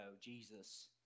Jesus